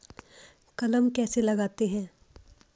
कलम कैसे लगाते हैं?